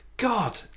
God